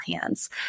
hands